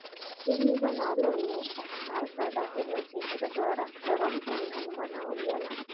चीनी बनवले में एथनाल पैदा होला जेकरे द्वारा तरल ईंधन बनावल जाला